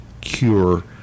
cure